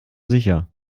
sicher